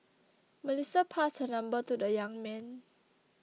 Melissa passed her number to the young man